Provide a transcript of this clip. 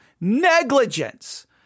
negligence